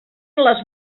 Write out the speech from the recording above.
les